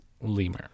Lemur